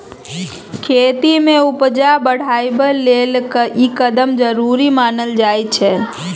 खेती में उपजा बढ़ाबइ लेल ई कदम जरूरी मानल जाइ छै